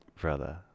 brother